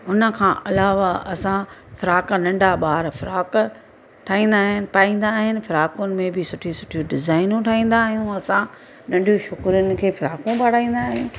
उनखां अलावा असां फ़्राक नंढा ॿार फ़्राक ठाहींदा आहिनि पाईंदा आहिनि फ़्राकुनि में बि सुठियूं सुठियूं डिज़ाइनियूं ठाहींदा आहियूं असां नंढियूं छोकिरियुनि खे फ़्राकूं पाराईंदा आहियूं